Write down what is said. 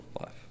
life